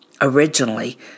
Originally